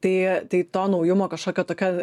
tai tai to naujumo kažkokio tokio